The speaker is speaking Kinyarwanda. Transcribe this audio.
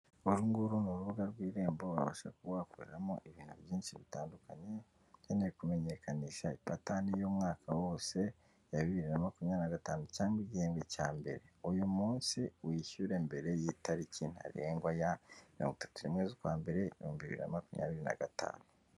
Uru nguru ni urubuga rw'irembo wabasha kuba wakoreramo ibintu byinshi bitandukanye nkeneye kumenyekanisha ipatanti y'umwaka wose ya bibiri na makumyabiri na gatanu cyangwa igihembwe cya mbere uyu munsi wishyure mbere y'itariki ntarengwa ya mirongo itatu n'imwe z'ukwa mbere ibihumbi bibri na makumyabiri na gatanu.